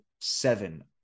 seven